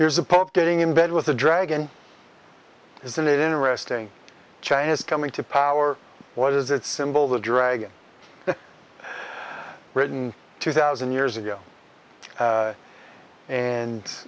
here's a pope getting in bed with the dragon isn't it interesting china's coming to power what is that symbol the dragon written two thousand years ago